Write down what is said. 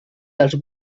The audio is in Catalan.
dels